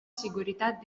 seguretat